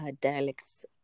dialects